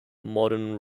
modern